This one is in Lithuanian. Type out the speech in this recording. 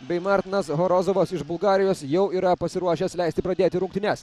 bei martinas horozovas bulgarijos jau yra pasiruošęs leisti pradėti rungtynes